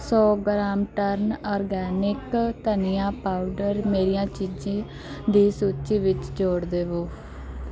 ਸੌ ਗ੍ਰਾਮ ਟਰਨ ਆਰਗੈਨਿਕ ਧਨੀਆ ਪਾਊਡਰ ਮੇਰੀਆਂ ਚੀਜ਼ਾਂ ਦੀ ਸੂਚੀ ਵਿੱਚ ਜੋੜ ਦੇਵੋ